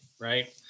Right